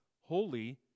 holy